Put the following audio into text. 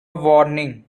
warning